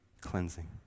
cleansing